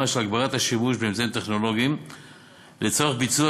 של הגברת השימוש באמצעים טכנולוגיים לצורך ביצוע